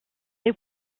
they